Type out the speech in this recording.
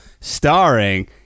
starring